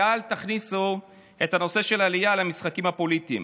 ואל תכניסו את הנושא של העלייה למשחקים הפוליטיים,